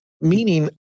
Meaning